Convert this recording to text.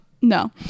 No